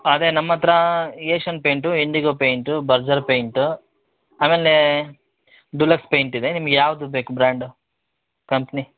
ಅದೆ ನಮ್ಮ ಹತ್ರಾ Asian paint Indigo paint Berger paint ಆಮೇಲೇ ಡುಲಕ್ಸ್ ಪೈಂಟ್ ಇದೆ ನಿಮ್ಗ ಯಾವುದು ಬೇಕು ಬ್ರ್ಯಾಂಡ್ ಕಂಪ್ನಿ